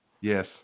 Yes